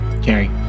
Jerry